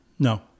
No